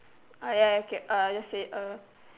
ah ya ya k uh just say uh